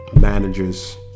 managers